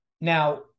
Now